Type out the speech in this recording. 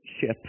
ship